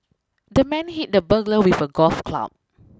the man hit the burglar with a golf club